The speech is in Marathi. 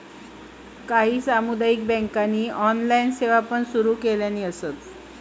काही सामुदायिक बँकांनी ऑनलाइन सेवा पण सुरू केलानी हा